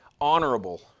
honorable